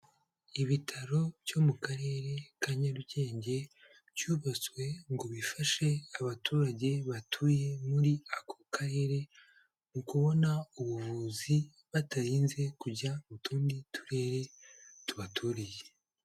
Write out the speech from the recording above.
Ibitaro byo mu Karere ka Nyarugenge, byubatswe ngo bifashe abaturage batuye muri ako karere, mu kubona ubuvuzi, batarinze kujya mu tundi turere tubaturiye.